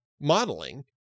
modeling